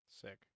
Sick